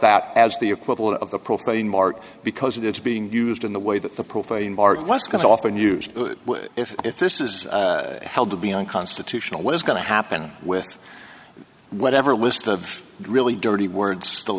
that as the equivalent of the profane mark because it is being used in the way that the profane bart lescott often used if if this is held to be unconstitutional what is going to happen with whatever list of really dirty words still